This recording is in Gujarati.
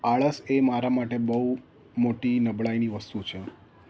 આળસ એ મારા માટે બહુ મોટી નબળાઈની વસ્તુ છે